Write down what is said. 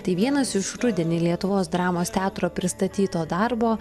tai vienas iš rudenį lietuvos dramos teatro pristatyto darbo